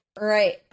Right